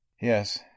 Yes